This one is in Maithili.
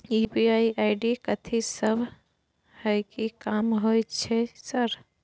यु.पी.आई आई.डी कथि सब हय कि काम होय छय सर?